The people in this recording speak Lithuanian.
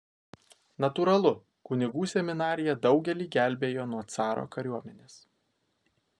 natūralu kunigų seminarija daugelį gelbėjo nuo caro kariuomenės